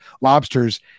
lobsters